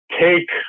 take